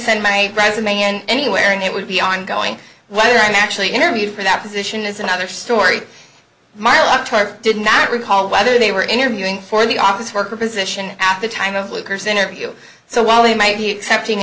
send my resume and anywhere and it would be ongoing whether i'm actually interviewed for that position is another story mara i did not recall whether they were interviewing for the office worker position after a time of lugar's interview so while they might be accepting